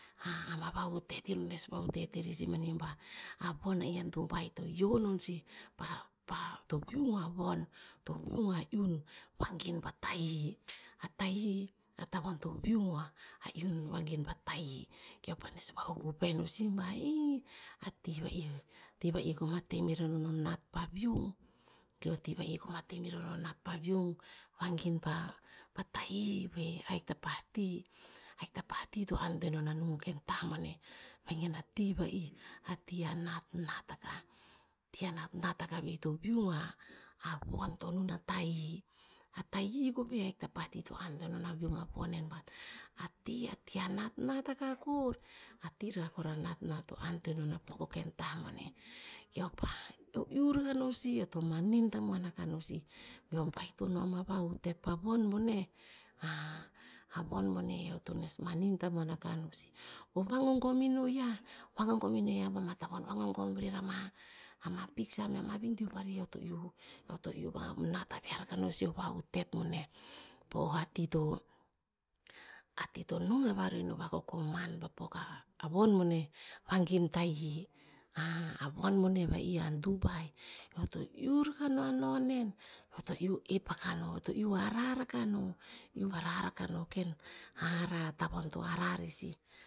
ama va utetin nes va utet erer sih mani ba, a von ah i a dubai to hio non sih pa- pa to viung o a von to viung o a iun vangin po tahi. A tahi atavon to viung o a- ah iun vangin pa tahi. Keo pa nes va'up upeh no sih ba, ii ati va'i, ti va'i koma temeron o nat pa viung? A ti va'i koma temeron o nat pa viung, vangin pa- pa tahi veh, ahik ta pah ti ahik ta pa ti to antoen non a nung po ken tah boneh. Vengen a ti va'i, a ti ah natnat akah kor. A ti rakah kor a natnat to antoen non to pok atah boneh. Keo pa, to iuh rakah no sih, eo to manin tamoan akah no sih beo beh ton ama va utet pa von boneh. a von boneh eo to nes manin tamoan akah noh sih. Ko vagogom rer ama- ama piksa meh ma video vari. Eo to iuh- eo to iuh vanat aviah akah no sih ovah utet boneh. Po ati to- ati to nung ava roh ovah kokoman pa pok a avon boneh vangin tahi. a von boneh va'i a dubai, eo to iuh hara rakah no a no nen. Eo to iuh oep akah no, eo to iuh hara rakah no, iuh hara rakah no ken hara tavon to hara rer sih.